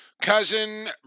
Cousin